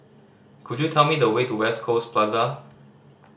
could you tell me the way to West Coast Plaza